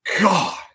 God